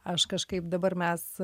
aš kažkaip dabar mes